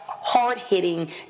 hard-hitting